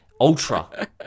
ultra